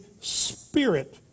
spirit